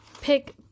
Pick